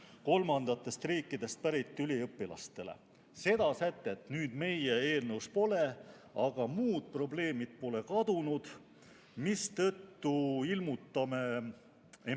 kolmandatest riikidest pärit üliõpilastele. Seda sätet nüüd meie eelnõus pole, aga muud probleemid pole kadunud, mistõttu ilmutame empaatiat